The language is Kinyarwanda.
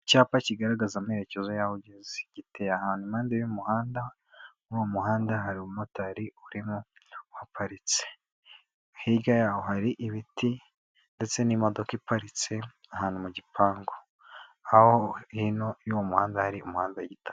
Icyapa kigaragaza amerekezo y'aho ugeze, giteye ahantu impande y'umuhanda, muri uwo muhanda hari umumotari urimo waparitse, hirya yaho hari ibiti ndetse n'imodoka iparitse ahantu mu gipangu, aho hino y'uwo muhanda hari umuhanda w'igitaka.